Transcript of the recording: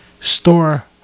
store